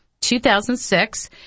2006